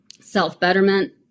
self-betterment